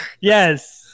yes